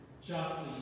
justly